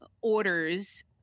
orders